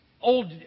old